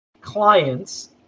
clients